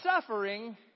suffering